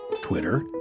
Twitter